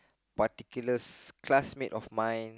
particular classmate of mine